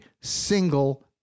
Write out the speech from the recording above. single